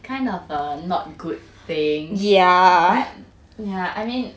kind of err not good thing but yeah I mean